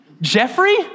Jeffrey